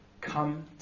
come